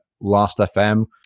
Last.fm